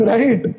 Right